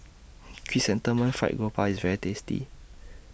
Chrysanthemum Fried Garoupa IS very tasty